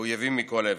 ואויבים מכל עבר.